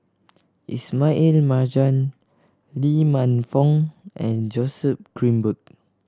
Ismail Marjan Lee Man Fong and Joseph Grimberg